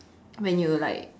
when were like